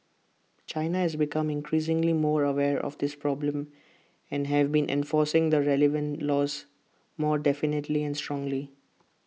China has become increasingly more aware of this problem and have been enforcing the relevant laws more definitely and strongly